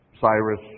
Cyrus